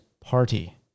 party